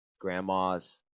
grandma's